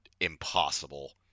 impossible